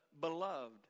Beloved